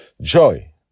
Joy